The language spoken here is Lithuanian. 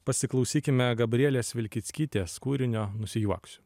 pasiklausykime gabrielės vilkickytės kūrinio nusijuoksiu